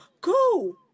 go